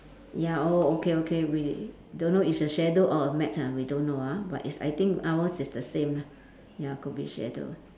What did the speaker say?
ya oh okay okay really don't know it's a shadow or a mat ah we don't know ah but it's I think ours is the same lah ya could be shadow